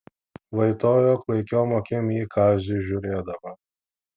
vaitojo klaikiom akim į kazį žiūrėdama